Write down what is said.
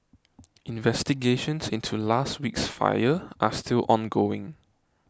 investigations into last week's fire are still ongoing